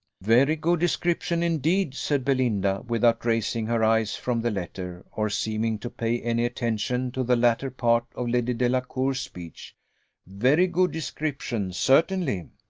very good description, indeed! said belinda, without raising her eyes from the letter, or seeming to pay any attention to the latter part of lady delacour's speech very good description, certainly!